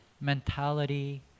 mentality